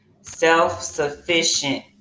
self-sufficient